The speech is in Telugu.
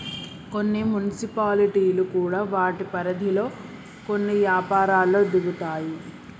కొన్ని మున్సిపాలిటీలు కూడా వాటి పరిధిలో కొన్ని యపారాల్లో దిగుతాయి